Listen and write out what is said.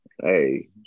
hey